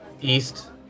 east